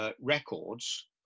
records